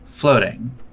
floating